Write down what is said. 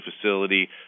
facility